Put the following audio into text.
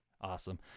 Awesome